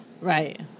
Right